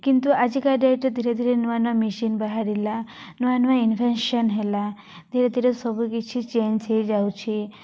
କିନ୍ତୁ ଆଜିକା ଡେଟରେ ଧୀରେ ଧୀରେ ନୂଆ ନୂଆ ମେସିନ୍ ବାହାରିଲା ନୂଆ ନୂଆ ଇନଭେନ୍ସନ୍ ହେଲା ଧୀରେ ଧୀରେ ସବୁକିଛି ଚେଞ୍ଜ ହେଇଯାଉଛି